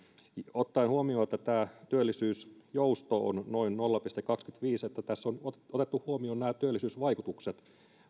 ottaen huomioon että työllisyysjousto on noin nolla pilkku kaksikymmentäviisi eli tässä on otettu huomioon nämä työllisyysvaikutukset